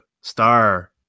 star